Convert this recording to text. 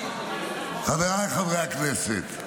חבריי חברי הכנסת,